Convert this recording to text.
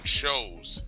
shows